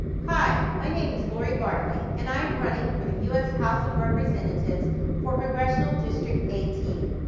hi, my name is lori bartley and i am running for the u s. house of representatives for congressional district eighteen.